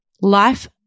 Life